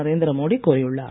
நரேந்திரமோடி கூறியுள்ளார்